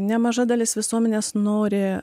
nemaža dalis visuomenės nori